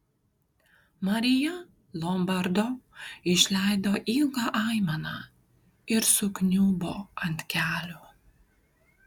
marija lombardo išleido ilgą aimaną ir sukniubo ant kelių